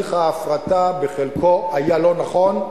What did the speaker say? תהליך ההפרטה בחלקו היה לא נכון,